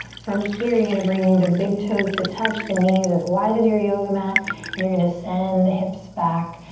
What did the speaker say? from here you're gonna bring the big toes to touch, the knees as wide as your yoga mat and you're gonna send the hips back.